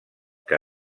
que